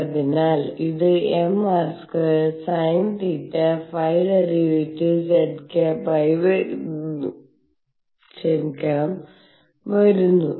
അതിനാൽ ഇത് mr2 sinθ ϕ˙ z ആയി വരുന്നു